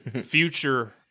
future